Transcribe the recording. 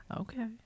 okay